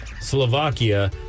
Slovakia